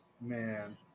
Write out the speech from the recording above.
Man